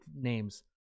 names